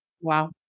Wow